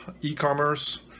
e-commerce